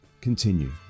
continue